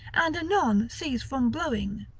and anon cease from blowing,